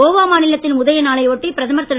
கோவா மாநிலத்தின் உதய நாளை ஒட்டி பிரதமர் திரு